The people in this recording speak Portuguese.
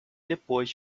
depois